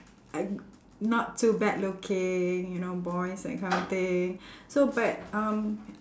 I not too bad looking you know boys that kind of thing so but um